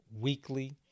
weekly